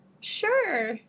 sure